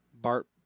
Bart